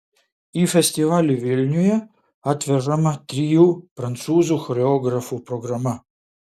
į festivalį vilniuje atvežama trijų prancūzų choreografų programa